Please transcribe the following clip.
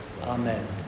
Amen